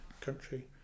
country